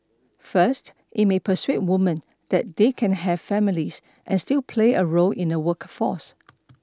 first it may persuade woman that they can have families and still play a role in the workforce